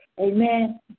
amen